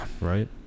right